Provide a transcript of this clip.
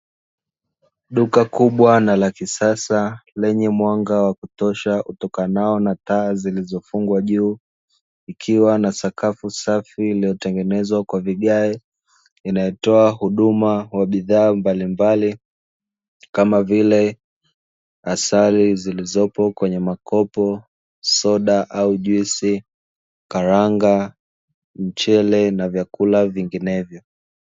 Duka kubwa na la kisasa, lenye mwanga wa kutosha utokanao taa zilizofungwa juu, likiwa na sakafu safi iliyotengenezwa kwa vigae, linalotoa huduma za bidhaa mbalimbali kama vile: asali zilipo kwenye makopo, soda au juisi, karanga, mchele na vyakula vinginevyo.